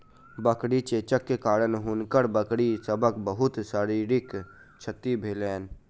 बकरी चेचक के कारण हुनकर बकरी सभक बहुत शारीरिक क्षति भेलैन